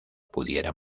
pudiera